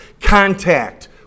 contact